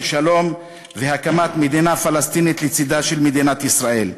שלום והקמת מדינה פלסטינית לצדה של מדינת ישראל.